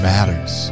Matters